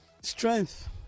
strength